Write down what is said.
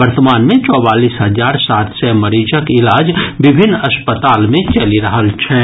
वर्तमान मे चौवालीस हजार सात सय मरीजक इलाज विभिन्न अस्पताल मे चलि रहल छनि